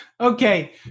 Okay